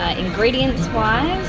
ah ingredients-wise,